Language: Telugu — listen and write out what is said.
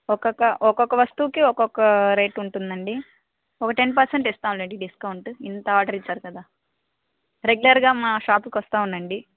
ఒక్కొక్క ఒక్కొక్క వస్తువుకి ఒక్కొక్క రేటు ఉంటుందండి ఒక టెన్ పర్సెంట్ ఇస్తాం లేండి డిస్కౌంట్ ఇంత ఆర్డర్ ఇచ్చారు కదా రెగ్యులర్గా మా షాప్ కు వస్తు ఉండండి